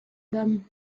dam